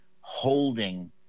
holding